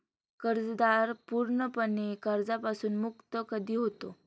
कर्जदार पूर्णपणे कर्जापासून मुक्त कधी होतो?